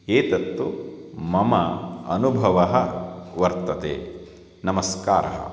एतत्तु मम अनुभवः वर्तते नमस्कारः